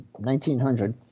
1900